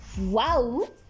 Wow